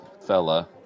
fella